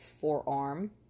forearm